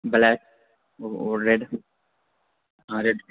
black और red हाँ red